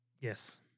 Yes